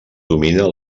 domina